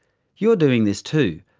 you're doing this too,